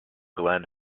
glen